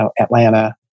Atlanta